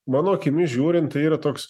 mano akimis žiūrint yra toks